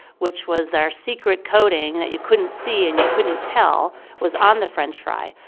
which was their secret coating and that you couldn't see and you couldn't tell was on the french fry,